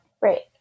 Right